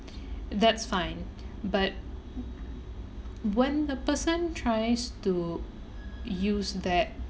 that's fine but when a person tries to use that